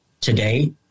today